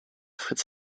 fritz